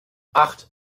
acht